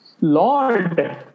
Lord